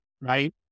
right